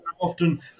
often